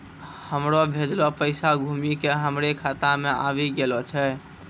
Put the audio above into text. हमरो भेजलो पैसा घुमि के हमरे खाता मे आबि गेलो छै